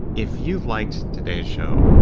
if you like today's show,